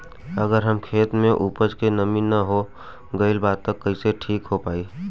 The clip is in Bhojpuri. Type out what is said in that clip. अगर हमार खेत में उपज में नमी न हो गइल बा त कइसे ठीक हो पाई?